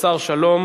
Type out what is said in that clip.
השר שלום,